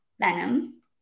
venom